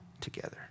together